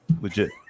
legit